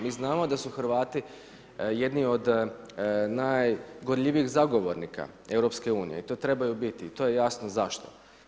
Mi znamo da su Hrvati jedni od najgorljivijih zagovornika EU i to trebaju biti i to je jasno zašto.